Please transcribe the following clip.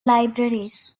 libraries